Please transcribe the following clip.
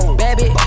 baby